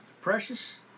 precious